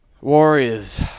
Warriors